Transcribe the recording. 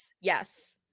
Yes